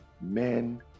men